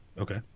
Okay